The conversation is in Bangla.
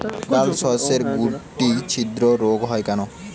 ডালশস্যর শুটি ছিদ্র রোগ হয় কেন?